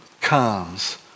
comes